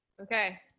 Okay